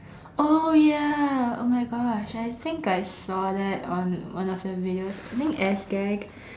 oh ya oh my gosh I think I saw that on one of the videos I think Sgag